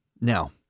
Now—